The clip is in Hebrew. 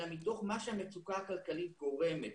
אלא מתוך מה שהמצוקה הכלכלית גורמת,